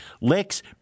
Licks